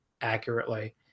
accurately